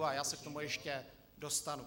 A já se k tomu ještě dostanu.